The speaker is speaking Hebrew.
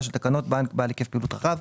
של תקנות בנק בעל היקף פעילות רחב".